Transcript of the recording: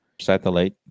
satellite